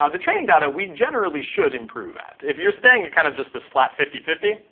ah the training data we generally should improve at. if you're staying at kind of just this flat fifty fifty,